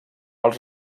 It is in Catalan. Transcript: els